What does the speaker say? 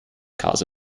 cause